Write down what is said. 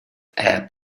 air